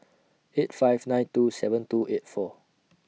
eight five nine two seven two eight four